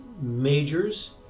majors